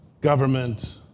government